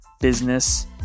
business